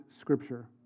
Scripture